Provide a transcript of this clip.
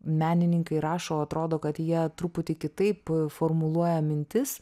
menininkai rašo atrodo kad jie truputį kitaip formuluoja mintis